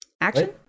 Action